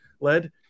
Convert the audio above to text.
led